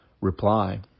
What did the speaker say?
reply